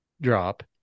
drop